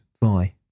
bye